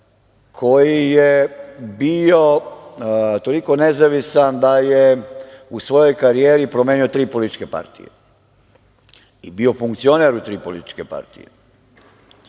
koji je bio toliko nezavistan da je u svojoj karijeri promenio tri političke partije i bio funkcioner u tri političke partije.